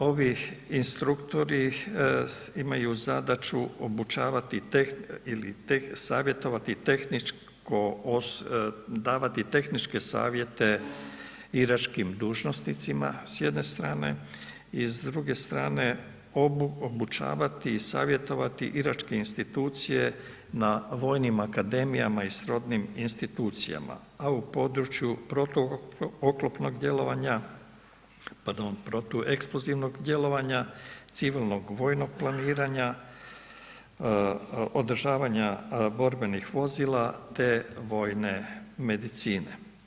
Ovi instruktori imaju zadaću obučavati ili savjetovati tehničko, davati tehničke savjete iračkim dužnosnicima s jedne strane i s druge strane obučavati i savjetovati i obučavati iračke institucije na vojnim akademijama i srodnim institucijama a u području protuoklopnog djelovanja, pardon, protueksplozivnog djelovanja, civilnog, vojnog planiranja, održavanja borbenih vozila te vojne medicine.